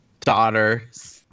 Daughters